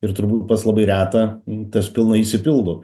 ir turbūt pas labai retą tas pilnai išsipildo